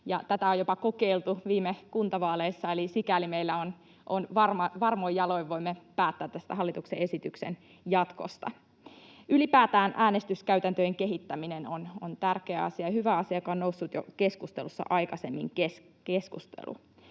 tätä on jopa kokeiltu viime kuntavaaleissa, eli sikäli me varmoin jaloin voimme päättää tämän hallituksen esityksen jatkosta. Ylipäätään äänestyskäytäntöjen kehittäminen on tärkeä asia ja hyvä asia, joka on noussut jo keskustelussa aikaisemmin.